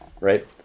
right